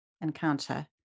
encounter